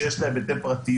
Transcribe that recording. שיש להם היבט פרטיות.